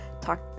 talk